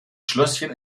schlösschen